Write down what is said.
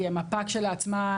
כי המפה כשלעצמה,